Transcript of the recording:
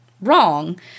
wrong